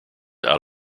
out